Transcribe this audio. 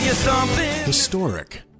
Historic